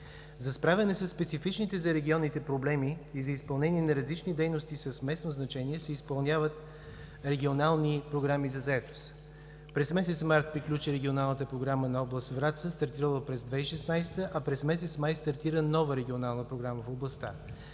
За справяне със специфичните за регионите проблеми и за изпълнение на различни дейности с местно значение се изпълняват регионални програми за заетост. През месец май приключи регионалната програма на област Враца, стартирала през 2016 г., а през месец май стартира нова регионална програма в областта.